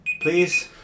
please